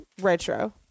retro